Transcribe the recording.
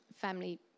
family